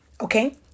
Okay